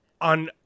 on